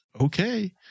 Okay